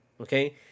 okay